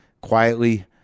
quietly